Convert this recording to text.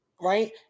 Right